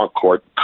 court